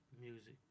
music